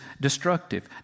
destructive